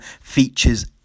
features